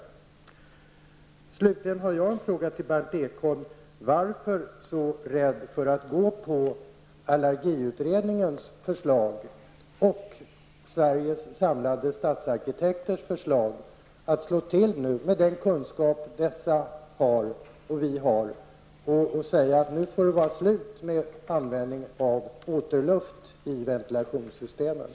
Slutligen har jag en fråga till Berndt Ekholm: Varför är man så rädd att gå på allergiutredningens förslag och Sveriges samlade statsarkitekters förslag? Med den kunskap som dessa och vi har borde man nu slå till och säga att det får vara slut med användningen av återluft i ventilationssystemen.